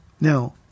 Now